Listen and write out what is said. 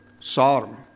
Sodom